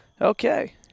Okay